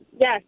Yes